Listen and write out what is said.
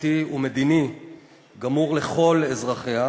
חברתי ומדיני גמור לכל אזרחיה,